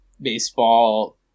baseball